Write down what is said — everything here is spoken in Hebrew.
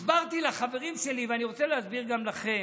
הסברתי לחברים שלי, ואני רוצה להסביר גם לכם.